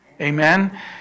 amen